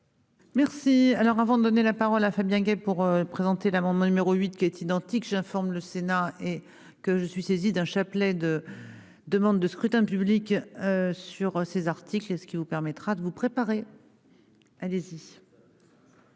Merci. Alors avant de donner la parole à Fabien gay pour présenter l'amendement numéro 8 qui est identique, j'informe le Sénat et que je suis saisi d'un chapelet de. Demande de scrutin public sur ces articles est ce qui vous permettra de vous préparer. Allez-y.